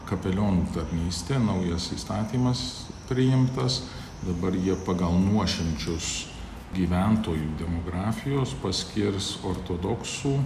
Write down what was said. kapeliono tarnystė naujas įstatymas priimtas dabar jie pagal nuošimčius gyventojų demografijos paskirs ortodoksų